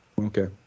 Okay